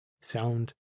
sound